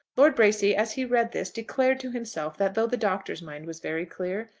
lord bracy as he read this declared to himself that though the doctor's mind was very clear,